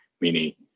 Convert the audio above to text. mini